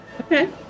Okay